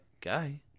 guy